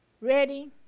Ready